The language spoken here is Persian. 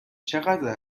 چقدر